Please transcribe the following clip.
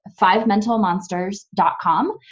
fivementalmonsters.com